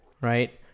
right